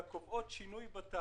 אנחנו עוברים לתקנות מס ערך מוסף (הוראת תשעה),